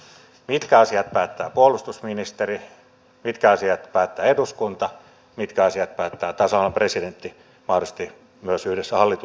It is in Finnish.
mitkä asiat päättää puolustusministeri mitkä asiat päättää eduskunta mitkä asiat päättää tasavallan presidentti mahdollisesti myös yhdessä hallituksen kanssa